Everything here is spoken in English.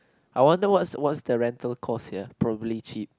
I wonder what's what's the rental cost sia probably cheap